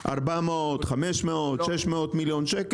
400, 500, 600 מיליון ₪.